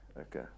Okay